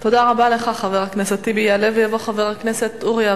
תודה רבה לך, חבר הכנסת טיבי.